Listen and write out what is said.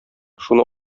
шуны